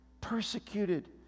Persecuted